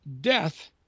death